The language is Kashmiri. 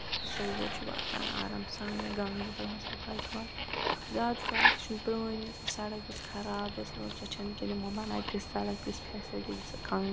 صووُر چھِ واتان آرام سان یا گاندربل ہسپَتال چھِ واتان زیادٕ کال تہِ چھُ پرٲنۍ یۄس یہِ سَڑک یۄس خراب ٲسۍ سۄ چھنہٕ کیٚنٛہہ یِمو بنایہِ تِژھ سَڑک تِژھ فیسَلٹی دِژٕک کَنگنہٕ کٮ۪ن